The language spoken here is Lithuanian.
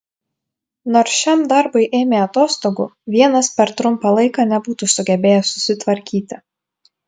nors šiam darbui ėmė atostogų vienas per trumpą laiką nebūtų sugebėjęs susitvarkyti